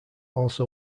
also